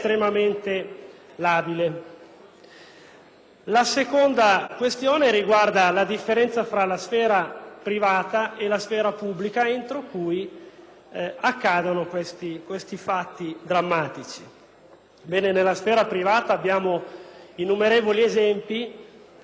La seconda questione riguarda la differenza tra la sfera privata e la sfera pubblica entro cui accadono questi fatti drammatici. Ebbene, nella sfera privata abbiamo innumerevoli esempi di familiari, mariti, mogli che